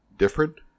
different